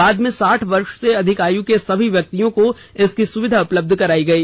बाद में साठ वर्ष से अधिक आयु के सभी व्यक्तियों को इसकी सुविधा उपलब्ध कराई गई